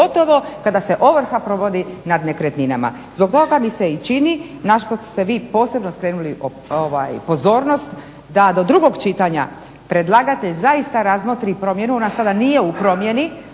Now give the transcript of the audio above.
pogotovo kada se ovrha provodi nad nekretninama. Zbog toga mi se i čini na što ste vi posebno skrenuli pozornost da do drugog čitanja predlagatelj zaista razmotri promjenu. Ona sada nije u promjeni,